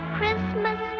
Christmas